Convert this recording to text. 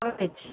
अनैत छी यै